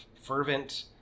fervent